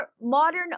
modern